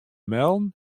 melden